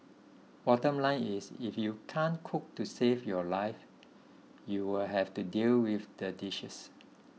bottom line is if you can't cook to save your life you'll have to deal with the dishes